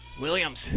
Williams